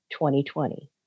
2020